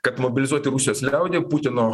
kad mobilizuoti rusijos liaudį putino